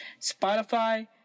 Spotify